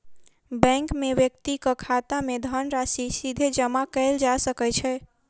bank मे व्यक्तिक खाता मे धनराशि सीधे जमा कयल जा सकै छै